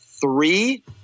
three